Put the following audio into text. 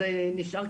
זה נשאר,